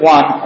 One